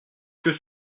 que